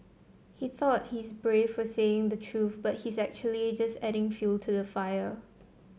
he thought he's brave for saying the truth but he's actually just adding fuel to the fire